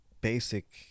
basic